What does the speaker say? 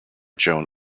joan